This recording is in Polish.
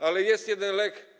Ale jest jeden lek.